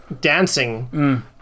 dancing